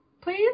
please